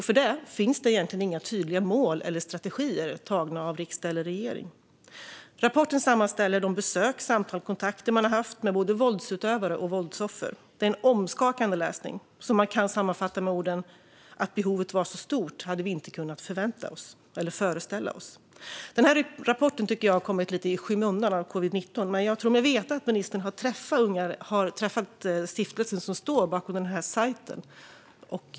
För detta finns det egentligen inga tydliga mål eller strategier beslutade av riksdag eller regering. I rapporten sammanställs de besök, samtal och kontakter man har haft med både våldsutövare och våldsoffer. Det är en omskakande läsning som kan sammanfattas med orden: Att behovet var så stort hade vi inte kunnat föreställa oss. Jag tycker att rapporten har kommit lite i skymundan av covid-19, men jag tror mig veta att ministern har träffat den stiftelse som står bakom sajten.